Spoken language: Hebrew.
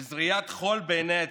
של זריית חול בעיני הציבור.